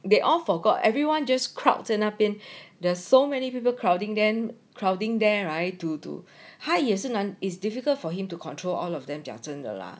they all forgot everyone just crowd 在那边 there's so many people crowding then crowding there right to to 他也是难 is difficult for him to control all of them 讲真的啦